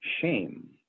shame